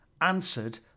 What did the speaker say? answered